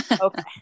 Okay